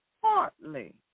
partly